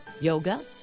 yoga